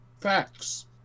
facts